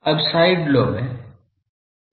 अब side lobe हैं